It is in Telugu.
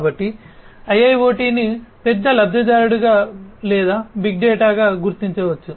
కాబట్టి IIoT ను పెద్ద లబ్ధిదారుడిగా లేదా బిగ్ డేటాగా గుర్తించవచ్చు